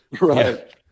Right